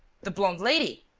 the blonde lady?